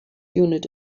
unit